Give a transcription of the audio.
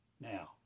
now